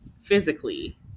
physically